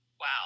Wow